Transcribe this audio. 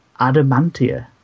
Adamantia